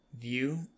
view